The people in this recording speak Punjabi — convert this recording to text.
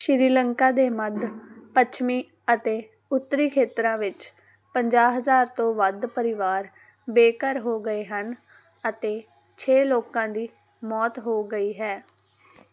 ਸ਼੍ਰੀਲੰਕਾ ਦੇ ਮੱਧ ਪੱਛਮੀ ਅਤੇ ਉੱਤਰੀ ਖੇਤਰਾਂ ਵਿੱਚ ਪੰਜਾਹ ਹਜ਼ਾਰ ਤੋਂ ਵੱਧ ਪਰਿਵਾਰ ਬੇਘਰ ਹੋ ਗਏ ਹਨ ਅਤੇ ਛੇ ਲੋਕਾਂ ਦੀ ਮੌਤ ਹੋ ਗਈ ਹੈ